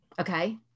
Okay